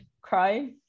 cry